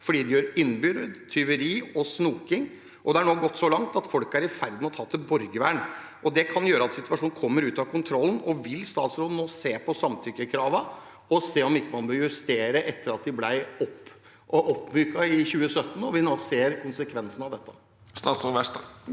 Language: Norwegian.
fordi de begår innbrudd, tyveri og snoking. Det har nå gått så langt at folk er i ferd med å ta til borgervern. Det kan gjøre at situasjonen kommer ut av kontroll. Vil statsråden nå se på samtykkekravene, om man ikke bør justere dem, etter at de ble oppmyket i 2017, når vi nå ser konsekvensen av dette? Statsråd Jan